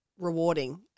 rewarding